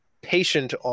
patient